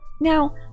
Now